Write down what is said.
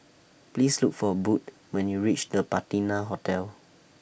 Please Look For Budd when YOU REACH The Patina Hotel